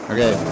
Okay